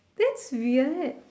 that's weird